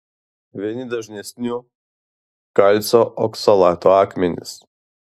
vieni dažnesnių kalcio oksalato akmenys